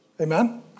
amen